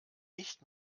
nicht